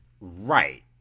Right